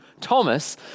Thomas